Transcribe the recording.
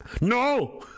No